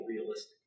realistic